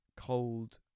cold